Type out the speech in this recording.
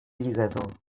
lligador